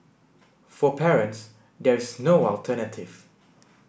for parents there is no alternative